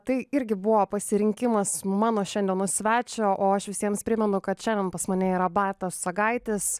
tai irgi buvo pasirinkimas mano šiandienos svečio o aš visiems primenu kad šiandien pas mane yra bartas sagaitis